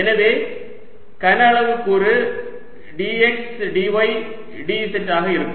எனவே கனஅளவு கூறு dx dy dz ஆக இருக்கும்